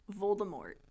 Voldemort